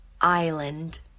Island